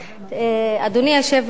אני עומדת על כך בתוקף.) אדוני היושב-ראש,